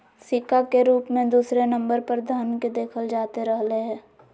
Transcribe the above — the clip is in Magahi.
सिक्का के रूप मे दूसरे नम्बर पर धन के देखल जाते रहलय हें